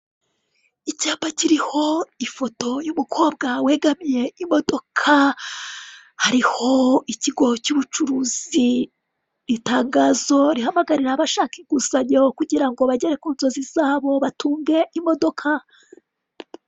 Icyapa kiriho ifoto y'umukobwa wegamiye imodoka, hariho ikigo cy'ubucuruzi, itangazo rihamagarira abashaka inguzanyo kugira ngo bagere ku nzozi zabo batunge imodoka.